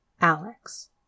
Alex